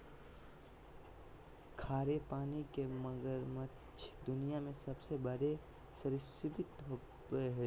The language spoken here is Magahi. खारे पानी के मगरमच्छ दुनिया में सबसे बड़े सरीसृप होबो हइ